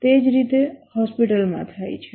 તે જ રીતે હોસ્પિટલમાં થાય છે